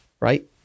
right